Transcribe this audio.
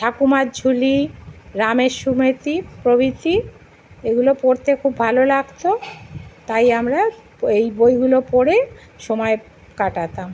ঠাকুমার ঝুলি রামের সুমতি প্রভৃতি এইগুলো পড়তে খুব ভালো লাগত তাই আমরা এই বইগুলো পড়ে সময় কাটাতাম